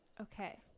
Okay